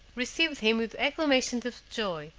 received him with acclamations of joy,